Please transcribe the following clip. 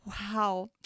wow